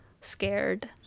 scared